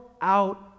out